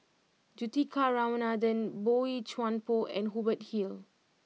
Juthika Ramanathan Boey Chuan Poh and Hubert Hill